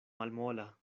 malmola